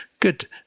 Good